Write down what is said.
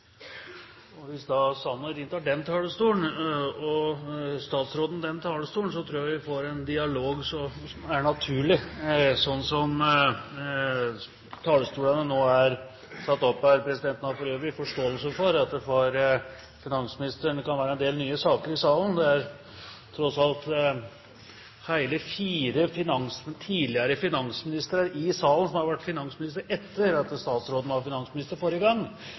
Hvis Sanner inntar talerstolen til venstre for presidenten og statsråden talerstolen til høyre, tror jeg vi får en dialog som er naturlig, slik som talerstolene er satt opp her. Presidenten har for øvrig forståelse for at det for finansministeren kan være en del nye saker i salen. Det er tross alt hele fire tidligere finansministere i salen som har vært finansminister etter at statsråden var finansminister forrige gang.